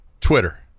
Twitter